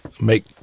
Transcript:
make